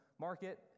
market